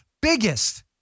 biggest